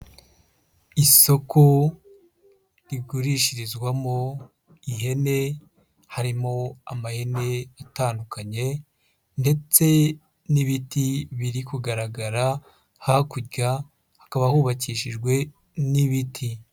Isoko rigurishirizwamo ihene harimo amahene atandukanye ndetse n'ibiti biri kugaragara, hakurya hakaba hubakishijwe n'ibiti.